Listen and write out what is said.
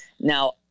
Now